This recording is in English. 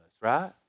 right